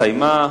ההצבעה הסתיימה.